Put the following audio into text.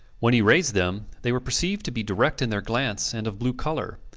when he raised them, they were perceived to be direct in their glance and of blue colour.